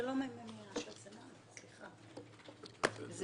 סליחה, זה